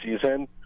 season